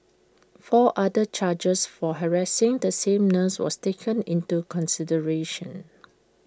four other charges for harassing the same nurse was taken into consideration